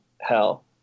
hell